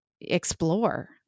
explore